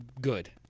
good